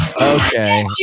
Okay